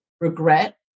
regret